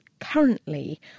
currently